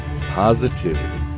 Positivity